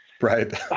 Right